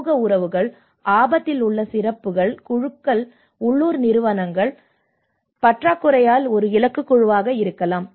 சமூக உறவுகள் ஆபத்தில் உள்ள சிறப்புக் குழுக்கள் உள்ளூர் நிறுவனங்களின் பற்றாக்குறையால் ஒரு இலக்கு குழுவாக இருக்கலாம்